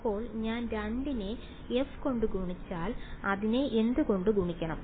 അപ്പോൾ ഞാൻ 2 നെ f കൊണ്ട് ഗുണിച്ചാൽ അതിനെ എന്ത് കൊണ്ട് ഗുണിക്കണം